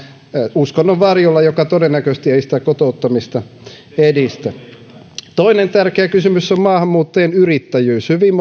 uskonnon varjolla sellaista maailmankuvaa joka todennäköisesti ei sitä kotouttamista edistä toinen tärkeä kysymys on maahanmuuttajien yrittäjyys hyvin